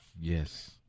yes